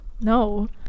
no